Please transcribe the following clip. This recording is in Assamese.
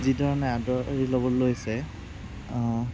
যি ধৰণে আদৰি ল'ব লৈছে